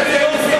לכנסת.